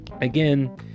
again